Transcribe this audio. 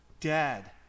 Dad